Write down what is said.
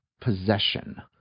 Possession